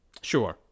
Sure